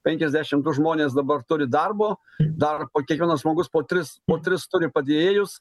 penkiasdešim du žmonės dabar turi darbo dar po kiekvienas žmogus po tris po tris turi padėjėjus